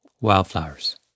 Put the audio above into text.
Wildflowers